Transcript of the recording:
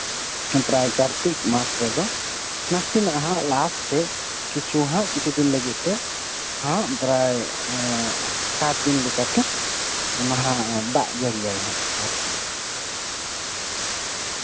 ᱯᱨᱟᱭ ᱠᱟᱨᱛᱤᱠ ᱢᱟᱥ ᱨᱮᱫᱚ ᱱᱟᱥᱮᱱᱟᱜ ᱦᱟᱸᱜ ᱞᱟᱥᱴ ᱥᱮᱫ ᱠᱤᱪᱷᱩ ᱦᱟᱸᱜ ᱠᱤᱪᱷᱩ ᱫᱤᱱ ᱞᱟᱹᱜᱤᱫ ᱛᱮ ᱦᱟᱸᱜ ᱯᱨᱟᱭ ᱮᱸᱜ ᱥᱟᱛ ᱫᱤᱱ ᱞᱮᱠᱟᱛᱮ ᱚᱱᱟ ᱦᱟᱸᱜ ᱫᱟᱜ ᱡᱟᱹᱲᱤᱭᱟᱭ ᱟᱨᱠᱤ